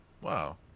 Wow